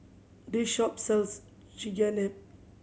this shop sells Chigenabe